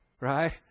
Right